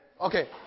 Okay